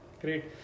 Great